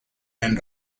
and